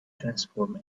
transform